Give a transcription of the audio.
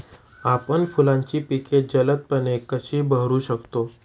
आपण फुलांची पिके जलदपणे कधी बहरू शकतो?